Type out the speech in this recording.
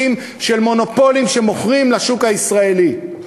של מונופולים שמוכרים לשוק הישראלי.